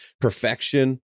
perfection